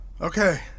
Okay